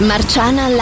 Marciana